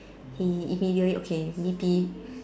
he immediately okay B_P